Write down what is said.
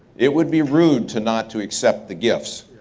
it would be rude to not to accept the gifts.